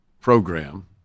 program